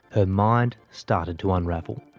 and mind started to unravel.